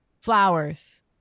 Flowers